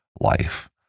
life